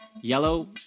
yellow